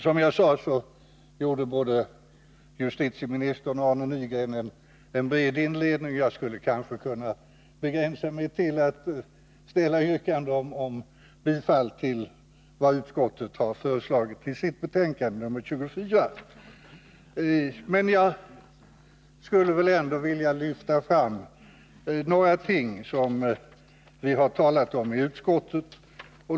Som jag sade gjorde både justitieministern och Arne Nygren en bred inledning, och jag skulle kanske kunna begränsa mig till att ställa yrkande om bifall till vad utskottet föreslagit i sitt betänkande nr 24. Men jag skulle ändå vilja lyfta fram några ting som vi har talat om i utskottet.